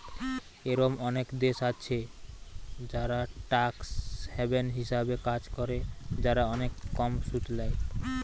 এরোম অনেক দেশ আছে যারা ট্যাক্স হ্যাভেন হিসাবে কাজ করে, যারা অনেক কম সুদ ল্যায়